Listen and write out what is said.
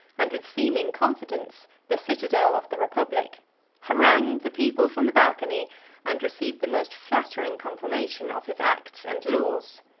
and with seeming confidence, the citadel of the republic harangued the people from the balcony and received the most flattering confirmation of his acts and laws.